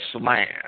land